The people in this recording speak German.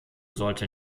sollte